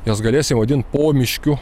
jas galėsim vadint pomiškiu